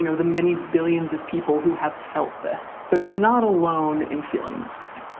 you know the many billions of people who have felt this, so you're not alone in feeling this way.